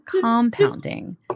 compounding